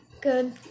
Good